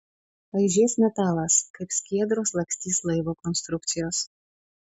aižės metalas kaip skiedros lakstys laivo konstrukcijos